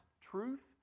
truth